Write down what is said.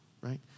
right